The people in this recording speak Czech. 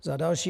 Za další.